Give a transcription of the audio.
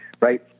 right